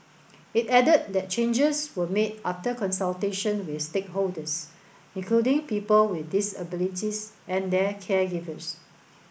it added that changes were made after consultation with stakeholders including people with disabilities and their caregivers